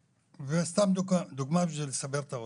וסתם דוגמה בשביל לסבר את האוזן,